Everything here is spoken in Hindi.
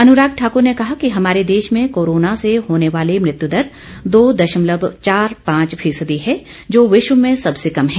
अनुराग ठाकर ने कहा कि हमारे देश में कोरोना र्से होने वाली मृत्यु दर दो दशमलव पांच चार फीसदी है जो विश्व में सबॅसे कम है